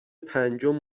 پنجم